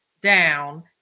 down